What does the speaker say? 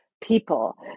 people